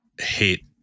hate